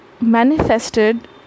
Manifested